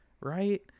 right